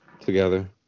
together